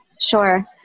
Sure